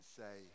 say